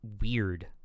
weird